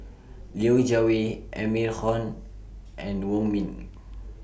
Liu Jiawei Amy Khor and Wong Ming